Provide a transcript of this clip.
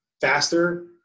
faster